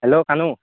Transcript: hello কানো